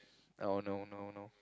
oh no no no